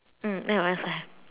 mm mine also have